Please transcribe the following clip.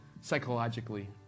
psychologically